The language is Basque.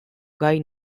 gai